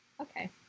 Okay